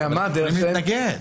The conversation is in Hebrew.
הם יכולים להתנגד.